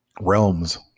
realms